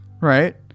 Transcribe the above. right